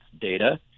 data